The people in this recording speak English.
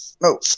No